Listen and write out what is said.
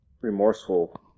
remorseful